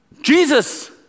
Jesus